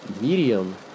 Medium